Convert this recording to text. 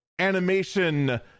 animation